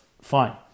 fine